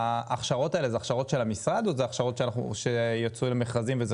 ההכשרות האלה הן הכשרות של המשרד או הכשרות שיצאו למכרזים?